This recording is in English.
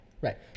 right